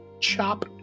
chop